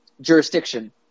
jurisdiction